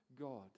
God